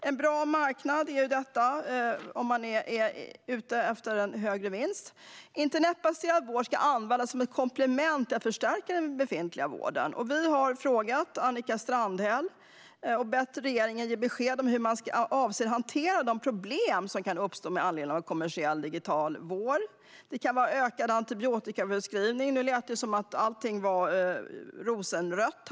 Det är en bra marknad om man är ute efter en högre vinst. Internetbaserad vård ska användas som ett komplement och förstärka den befintliga vården. Vi har frågat Annika Strandhäll och bett regeringen ge besked om hur man avser att hantera de problem som kan uppstå med anledning av en kommersiell digital vård. Det kan vara ökad antibiotikaförskrivning. Nu lät det här från Liberalerna som att allting var rosenrött.